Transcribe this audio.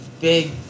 big